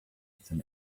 than